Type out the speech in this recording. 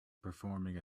performing